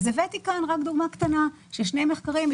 הבאתי כאן רק דוגמה קטנה של שני מחקרים,